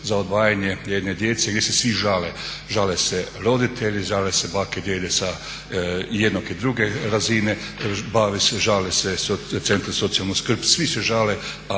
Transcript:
za odvajanje jedne djece gdje se svi žale. Žale se roditelji, žale se bake i djede sa jedne i druge razine, žale se centri za socijalnu skrb a